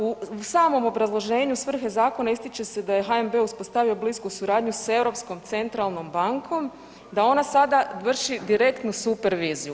U samom obrazloženju svrhe zakona ističe se da je HNB uspostavio blisku suradnju s Europskom centralnom bankom, da ona sada vrši direktnu superviziju.